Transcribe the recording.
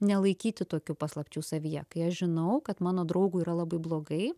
nelaikyti tokių paslapčių savyje kai aš žinau kad mano draugui yra labai blogai